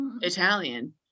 Italian